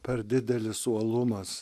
per didelis uolumas